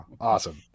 Awesome